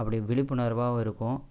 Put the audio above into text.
அப்படி விழிப்புணர்வாகவும் இருக்கும்